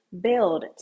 build